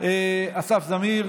אסף זמיר.